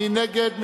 מי נגד?